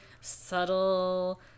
subtle